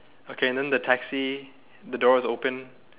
okay then the taxi the door is open